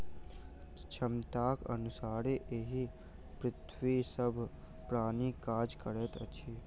क्षमताक अनुसारे एहि पृथ्वीक सभ प्राणी काज करैत अछि